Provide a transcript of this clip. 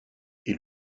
est